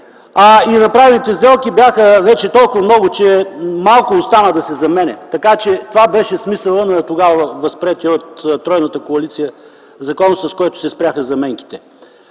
и направените сделки бяха вече толкова много, че малко остана да се заменя. Това беше смисълът на тогава възприетия от тройната коалиция закон, с който се спряха заменките.